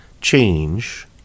change